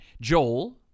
Joel